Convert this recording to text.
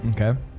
Okay